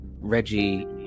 Reggie